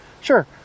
sure